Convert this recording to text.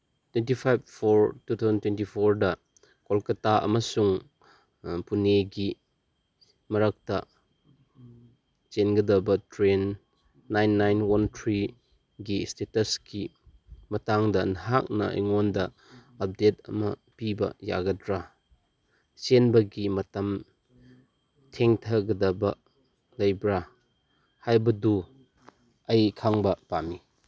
twenty five four two thousand twenty ꯐꯣꯔꯗ ꯀꯣꯜꯀꯇꯥ ꯑꯃꯁꯨꯡ ꯄꯨꯅꯦꯒꯤ ꯃꯔꯛꯇ ꯆꯦꯟꯒꯗꯕ ꯇ꯭ꯔꯦꯟ ꯅꯥꯏꯟ ꯅꯥꯏꯟ ꯋꯥꯟ ꯊ꯭ꯔꯤꯒꯤ ꯏꯁꯇꯦꯇꯁꯀꯤ ꯃꯇꯥꯡꯗ ꯅꯍꯥꯛꯅ ꯑꯩꯉꯣꯟꯗ ꯑꯞꯗꯦꯠ ꯑꯃ ꯄꯤꯕ ꯌꯥꯒꯗ꯭ꯔꯥ ꯆꯦꯟꯕꯒꯤ ꯃꯇꯝ ꯊꯦꯡꯊꯒꯗꯕ ꯂꯩꯕ꯭ꯔꯥ ꯍꯥꯏꯕꯗꯨ ꯑꯩ ꯈꯪꯕ ꯄꯥꯝꯃꯤ